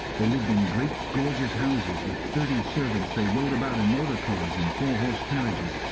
they lived in great gorgeous houses with thirty servants, they rode about in motor-cars and four-horse carriages,